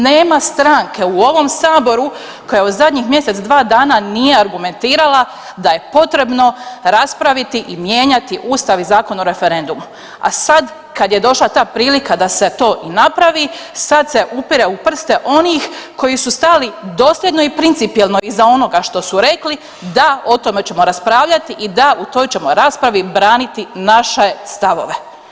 Nema stranke u ovom Saboru koja zadnjih mjesec, dva dana nije argumentirala da je potrebno raspraviti i mijenjati Ustav i Zakon o referendumu, a sad kad je došla ta prilika da se to i napravi sad se upire u prste onih koji su stali dosljedno i principijelno iza onoga što su rekli, da o tome ćemo raspravljati i da u toj ćemo raspravi braniti naše stavove.